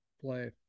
play